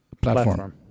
platform